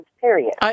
period